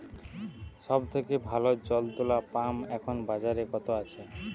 সব থেকে ভালো জল তোলা পাম্প এখন বাজারে কত আছে?